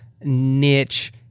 niche